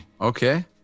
okay